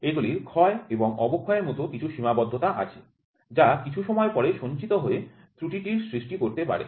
এগুলির ক্ষয় এবং অবক্ষয়ের মত কিছু সীমাবদ্ধতা আছে যা কিছু সময় পরে সঞ্চিত হয়ে ত্রুটির সৃষ্টি করতে পারে